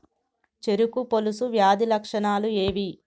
చెరుకు పొలుసు వ్యాధి లక్షణాలు ఏవి?